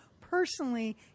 personally